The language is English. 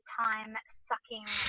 time-sucking